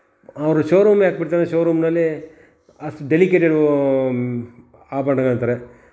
ಆದರೆ ಶೋರೂಮ್ ಯಾಕೆ ಬಿಡ್ತಾ ಶೋರೂಮ್ನಲ್ಲಿ ಅಷ್ಟು ಡೆಲಿಕೇಟೆಡು ಆಭರಣಗಳೇನಂತಾರೆ